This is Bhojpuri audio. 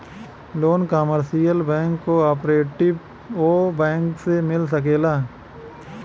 loan commercial bank cooperative bank से मिल सकेला